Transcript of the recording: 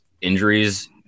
injuries